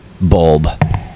bulb